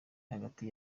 hagati